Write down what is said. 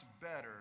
better